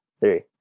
three